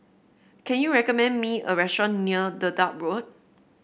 can you recommend me a restaurant near Dedap Road